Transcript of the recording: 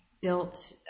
built